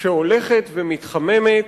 שהולכת ומתחממת,